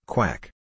Quack